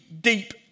deep